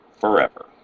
forever